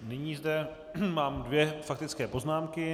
Nyní zde mám dvě faktické poznámky.